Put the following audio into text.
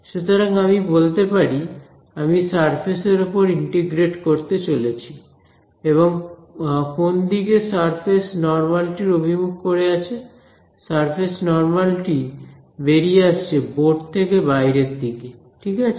সুতরাং আমি বলতে পারি আমি সারফেস এর উপর ইন্টিগ্রেট করতে চলেছি এবং কোন দিকে সারফেস নর্মাল টি অভিমুখ করে আছে সারফেস নর্মাল টি বেরিয়ে আসছে বোর্ড থেকে বাইরের দিকে ঠিক আছে